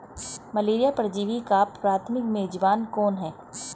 Malaria परजीवी का प्राथमिक मेजबान कौन है?